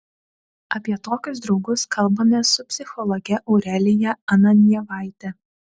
apie tokius draugus kalbamės su psichologe aurelija ananjevaite